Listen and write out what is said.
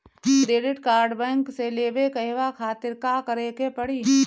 Credit card bank से लेवे कहवा खातिर का करे के पड़ी?